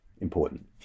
important